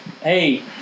Hey